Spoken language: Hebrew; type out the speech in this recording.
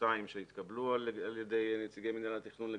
שתיים שהתקבלו על ידי נציגי מינהל התכנון.